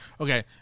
Okay